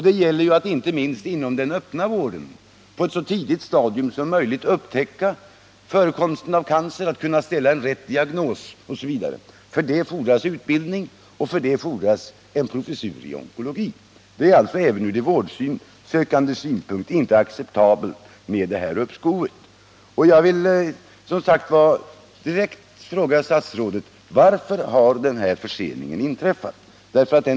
Det gäller ju att, inte minst inom den öppna vården, på ett så tidigt stadium som möjligt upptäcka förekomsten av cancer och kunna ställa rätt diagnos. För detta fordras utbildning, och för det fordras en professur i onkologi. Det är alltså även från de vårdsökandes synpunkt inte acceptabelt med detta uppskov. Jag vill direkt fråga statsrådet: Varför har denna försening inträffat?